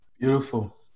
Beautiful